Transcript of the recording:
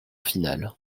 finale